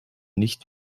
nicht